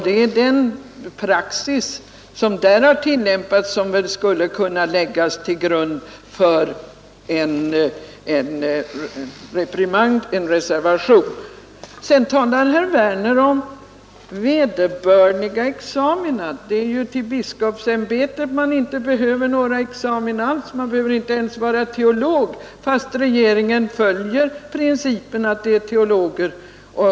Det är den praxis som där har tillämpats som skulle kunna läggas till grund för en reprimand eller reservation. Herr Werner talar om vederbörliga examina. Till biskopsämbetet behöver man inte några examina alls — man behöver inte ens vara teolog, fastän regeringen följer principen att utse teologer.